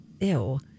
Ew